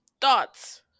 thoughts